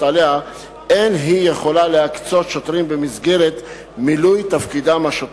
עליה אין היא יכולה להקצות שוטרים במסגרת מילוי תפקידם השוטף.